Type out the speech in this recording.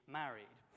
married